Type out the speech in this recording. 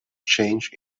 change